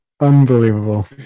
Unbelievable